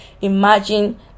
Imagine